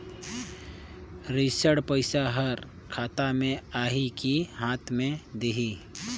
ऋण पइसा हर खाता मे आही की हाथ मे देही?